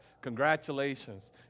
congratulations